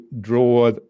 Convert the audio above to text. draw